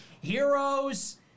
heroes